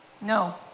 No